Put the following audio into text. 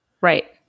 Right